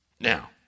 Now